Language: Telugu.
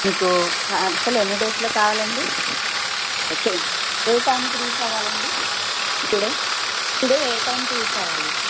మీకు పార్సిల్ ఎన్ని డేస్లో కావాలండి చీ ఏ టైంకి రీచ్ అవ్వాలండి టుడే టుడే ఏ టైంకి రీచ్ అవ్వాలి